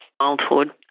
childhood